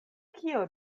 kio